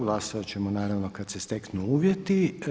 Glasovat ćemo naravno kad se steknu uvjeti.